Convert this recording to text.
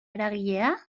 eragilea